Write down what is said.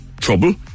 trouble